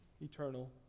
eternal